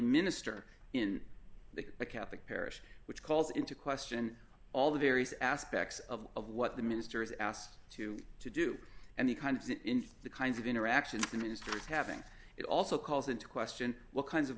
minister in the catholic parish which calls into question all the various aspects of of what the minister is asked to to do and the kind of the kinds of interactions the minister is having it also calls into question what kinds of